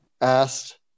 asked